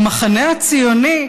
במחנה הציוני,